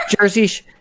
Jersey